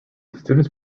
students